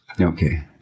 Okay